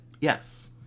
Yes